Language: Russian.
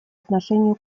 отношению